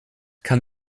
kann